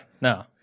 No